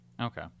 Okay